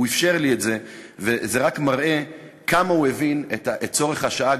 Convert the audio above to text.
זה רק מראה כמה הוא הבין את צורך השעה,